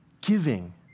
giving